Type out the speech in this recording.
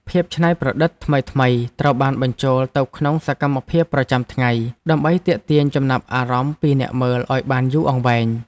ភាពច្នៃប្រឌិតថ្មីៗត្រូវបានបញ្ចូលទៅក្នុងសកម្មភាពប្រចាំថ្ងៃដើម្បីទាក់ទាញចំណាប់អារម្មណ៍ពីអ្នកមើលឱ្យបានយូរអង្វែង។